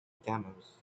camels